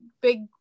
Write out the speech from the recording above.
big